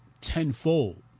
Tenfold